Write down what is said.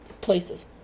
places